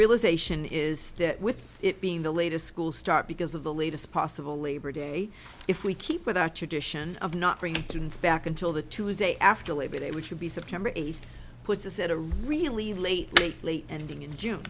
realization is that with it being the latest school start because of the latest possible labor day if we keep with our tradition of not bringing students back until the tuesday after labor day which would be september eighth puts us at a really late late late ending in june